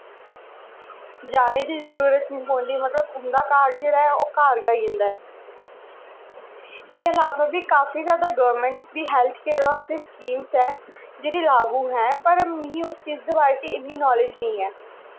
जाने दी जरूरत निं पौंदी मतलब उं'दा कार्ड जेह्ड़ा घर गै आई जंदा ऐ एह्दे इलावा बी काफी जादा गौरमैंट्स दे हैल्थ केयर बास्तै स्कीम्स ऐ जेह्ड़ी लागू ऐं पर मिगी इस दे बारे च इन्नी नालेज निं ऐ